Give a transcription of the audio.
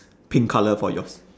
pink colour for yours